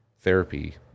therapy